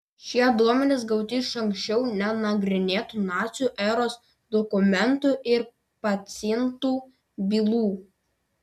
šie duomenys gauti iš anksčiau nenagrinėtų nacių eros dokumentų ir pacientų bylų